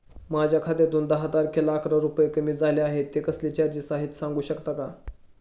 माझ्या खात्यातून दहा तारखेला अकरा रुपये कमी झाले आहेत ते कसले चार्जेस आहेत सांगू शकता का?